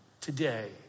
today